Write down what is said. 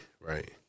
Right